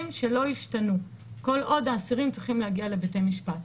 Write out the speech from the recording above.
שלא ישתנו כל עוד האסירים צריכים להגיע לבתי משפט.